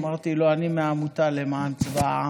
אמרתי לו: אני מעמותה למען צבא העם.